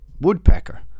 woodpecker